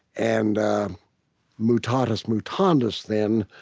and mutatis mutandis, then,